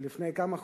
לפני כמה חודשים,